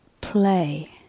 play